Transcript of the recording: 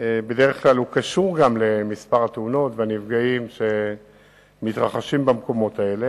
בדרך כלל הוא קשור גם למספר התאונות והנפגעים במקומות האלה.